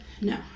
No